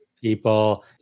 people